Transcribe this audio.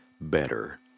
better